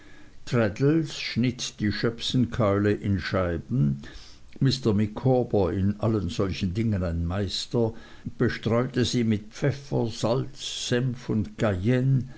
schnitt die schöpfenkeule in scheiben mr micawber in allen solchen dingen ein meister bestreute sie mit pfeffer salz senf und